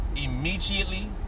immediately